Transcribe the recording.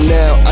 now